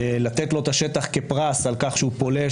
לתת לו את השטח כפרס על כך שהוא פולש